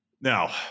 Now